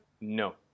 No